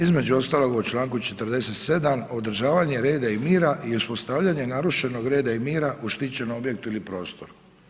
Između ostalog, u čl. 47., održavanje reda i mira i uspostavljanje narušenog reda i mira u štićenom objektu i prostoru.